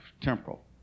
temporal